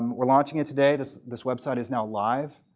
we're launching it today. this this website is now live.